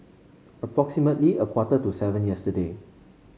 approximately a quarter to seven yesterday